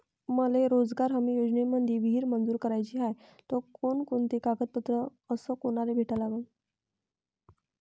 मले रोजगार हमी योजनेमंदी विहीर मंजूर कराची हाये त कोनकोनते कागदपत्र अस कोनाले भेटा लागन?